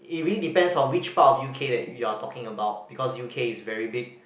it really depends on which part of U_K that you are talking about because U_K is very big